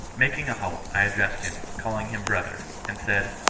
making a halt, i addressed him, calling him brother and said,